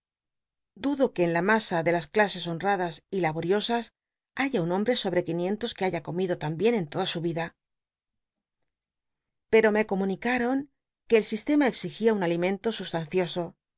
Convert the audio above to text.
dudo que en la masa de las clases honradas y laboriosas haya un hombre sobre quinientos que haya comido tan la bien en toda u yic pcto me comunicaon c uc el sistema exigía un alimento sustancioso